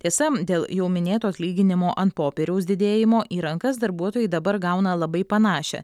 tiesa dėl jau minėto atlyginimo an popieriaus didėjimo į rankas darbuotojai dabar gauna labai panašią